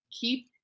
keep